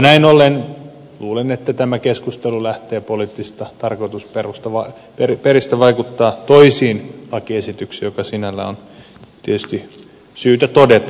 näin ollen luulen että tämä keskustelu lähtee poliittisista tarkoitusperistä vaikuttaa toisiin lakiesityksiin mikä sinällään on tietysti syytä todeta